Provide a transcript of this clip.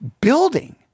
building